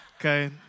Okay